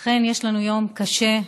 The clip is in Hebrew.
אכן, יש לנו יום קשה,